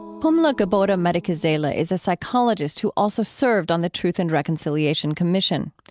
pumla gobodo-madikizela is a psychologist who also served on the truth and reconciliation commission.